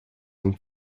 and